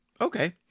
Okay